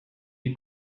you